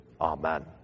Amen